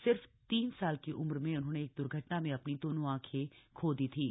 सिर्फ तीन साल की उम्र में उन्होंने एक द्र्घटना में अपनी दोनों आँखें खो दी थीं